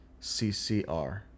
CCR